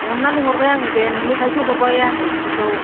अननानै हरबाय आङो दे नोंनोखायसो हरबाय आङो बिदिखौ